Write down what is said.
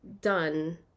done